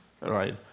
Right